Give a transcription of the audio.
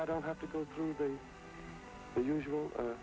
i don't have to go through the usual